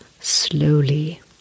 slowly